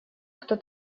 кто